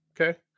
Okay